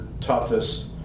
toughest